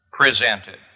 presented